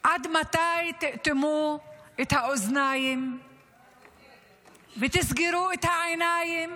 עד מתי תאטמו את האוזניים ותסגרו את העיניים